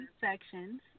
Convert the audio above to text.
sections